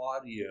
audio